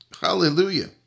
hallelujah